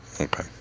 Okay